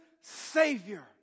Savior